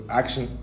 action